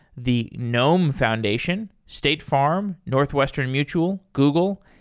the gnome foundation, state farm, northwestern mutual, google,